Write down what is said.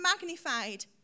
magnified